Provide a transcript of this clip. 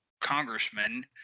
congressman